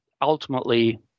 ultimately